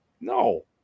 No